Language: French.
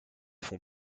font